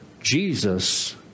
Jesus